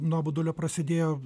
nuobodulio prasidėjo